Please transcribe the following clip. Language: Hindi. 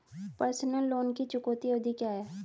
पर्सनल लोन की चुकौती अवधि क्या है?